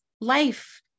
life